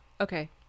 Okay